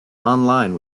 online